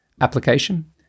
application